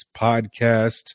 podcast